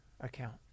account